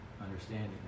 understanding